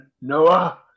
Noah